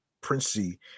Princey